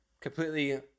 completely